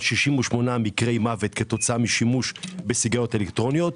68 מקרי מוות כתוצאה משימוש בסיגריות אלקטרוניות.